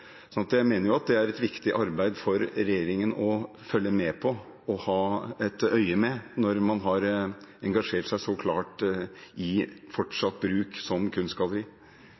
jeg mener det er et viktig arbeid for regjeringen å følge med på og ha et øye med, når man har engasjert seg så klart i fortsatt bruk som kunstgalleri.